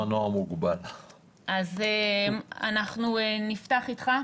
אז אנחנו נפתח איתך,